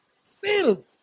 Sealed